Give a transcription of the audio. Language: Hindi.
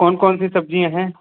कौन कौन सी सब्ज़ियाँ हैं